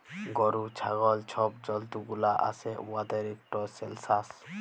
গরু, ছাগল ছব জল্তুগুলা আসে উয়াদের ইকট সেলসাস